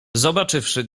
zobaczywszy